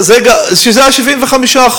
שזה ה-75%.